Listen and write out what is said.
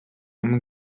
amb